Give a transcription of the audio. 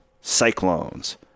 cyclones